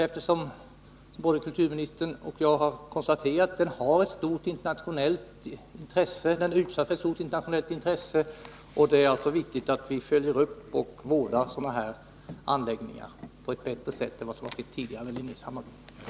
Både kulturministern och jag har konstaterat att den är föremål för ett stort internationellt intresse, och det är viktigt att vi följer upp och vårdar sådana anläggningar på ett bättre sätt än vad som har skett tidigare med Linnés Hammarby.